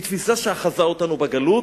היא תפיסה שאחזה אותנו בגלות,